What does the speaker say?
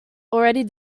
already